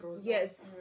yes